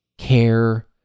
care